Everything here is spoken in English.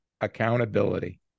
accountability